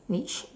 which